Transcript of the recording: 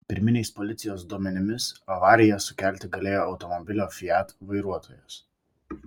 pirminiais policijos duomenimis avariją sukelti galėjo automobilio fiat vairuotojas